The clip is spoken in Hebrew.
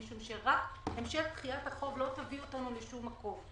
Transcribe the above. משום שרק המשך דחיית החוב לא תביא אותנו לשום מקום.